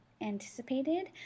anticipated